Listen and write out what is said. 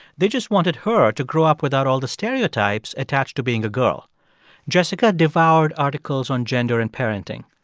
they just wanted her to grow up without all the stereotypes attached to being a girl jessica devoured articles on gender and parenting.